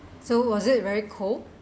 so was it very cold